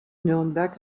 nürnberg